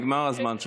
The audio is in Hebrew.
נגמר הזמן שלך.